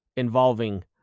Involving